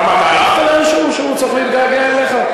למה, הלכת לאנשהו, שהוא צריך להתגעגע אליך?